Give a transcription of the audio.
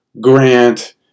Grant